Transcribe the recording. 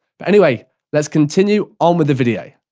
but anyway let's continue on with the video.